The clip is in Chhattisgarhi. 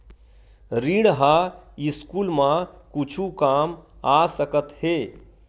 ऋण ह स्कूल मा कुछु काम आ सकत हे?